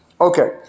Okay